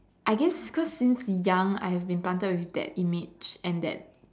I guess cause since young I've been planted with that image and that